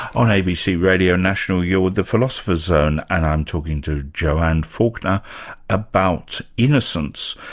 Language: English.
on abc radio national, you're with the philosopher's zone and i'm talking to joanne faulkner about innocence.